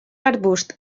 arbust